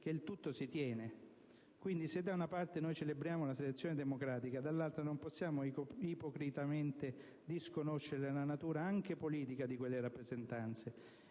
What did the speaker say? il tutto si tiene! Quindi, se da una parte celebriamo la selezione democratica, dall'altra non possiamo ipocritamente disconoscere la natura anche politica di quelle rappresentanze